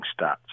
stats